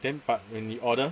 then but when you order